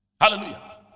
Hallelujah